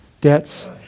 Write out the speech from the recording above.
debts